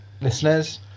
listeners